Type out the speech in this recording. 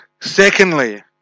Secondly